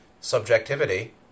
subjectivity